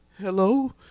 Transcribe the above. Hello